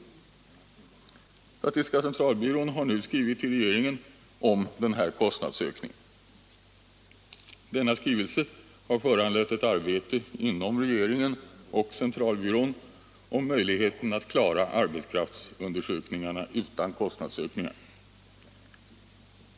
Statistiska centralbyrån har nu skrivit till regeringen om denna kostnadsökning. Den skrivelsen har föranlett ett arbete inom regeringen och centralbyrån för att utröna möjligheten att klara arbetskraftsundersökningarna utan kostnadsökningar.